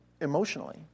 emotionally